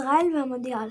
ישראל והמונדיאל